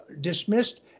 dismissed